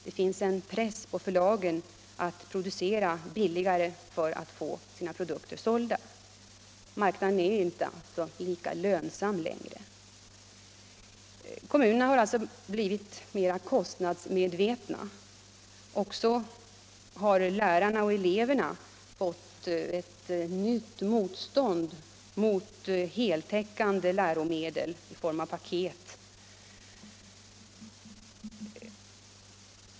Det finns en press på förlagen att producera billigare för att få sina produkter sålda. Marknaden är alltså inte lika lönsam längre. Kommunerna har blivit mer kostnadsmedvetna, och lärarna och eleverna har fått ett nytt motstånd mot heltäckande läromedel i form av paket.